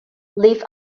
live